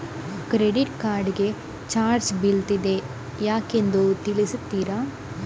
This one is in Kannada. ಕ್ರೆಡಿಟ್ ಕಾರ್ಡ್ ಗೆ ಚಾರ್ಜ್ ಬೀಳ್ತಿದೆ ಯಾಕೆಂದು ತಿಳಿಸುತ್ತೀರಾ?